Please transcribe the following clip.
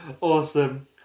awesome